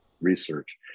research